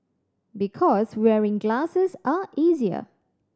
because wearing glasses are easier